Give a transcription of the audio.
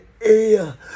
air